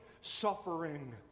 suffering